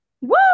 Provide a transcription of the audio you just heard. woo